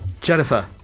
Jennifer